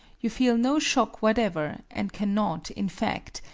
you feel no shock whatever, and cannot, in fact,